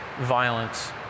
violence